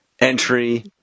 entry